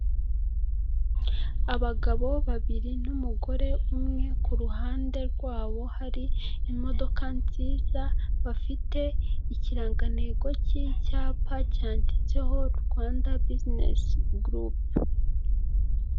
Abagabo babiri n'umugore umwe, ku ruhande rw'abo hari imodoka nziza, bafite ikirangantego cy'icyapa cyanditseho Rwanda buzinesi gurupe.